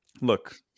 look